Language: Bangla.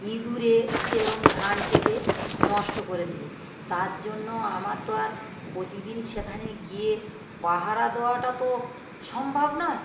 ইঁদুরে সে ওরকম ধান কেটে নষ্ট করে দেবে তার জন্য আমার তো আর প্রতিদিন সেখানে গিয়ে পাহারা দেওয়াটা তো সম্ভব নয়